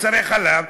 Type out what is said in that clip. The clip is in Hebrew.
מוצרי חלב,